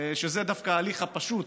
שזה דווקא ההליך הפשוט,